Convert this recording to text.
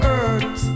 earth